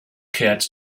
cats